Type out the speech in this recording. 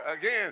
again